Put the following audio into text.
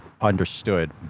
understood